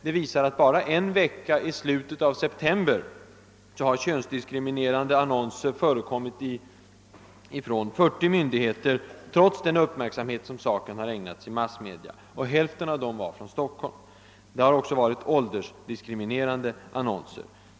De visar att bara under en vecka i slutet av september har könsdiskriminerande annonser förekommit från 40 myndigheter, trots den uppmärksamhet som frågan ägnats i massmedia. Hälften av dessa var från Stockholm. Det har också förekommit åldersdiskriminerande annonser.